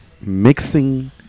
mixing